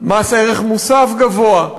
מס ערך מוסף גבוה,